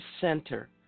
center